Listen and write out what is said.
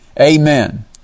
Amen